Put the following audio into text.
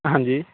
ਹਾਂਜੀ